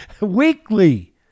Weekly